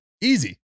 easy